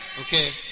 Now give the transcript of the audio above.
Okay